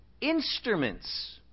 instruments